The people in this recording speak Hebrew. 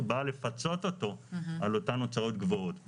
באה לפצות אותו על אותן הוצאות גבוהות.